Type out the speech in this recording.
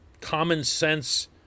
common-sense